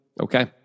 Okay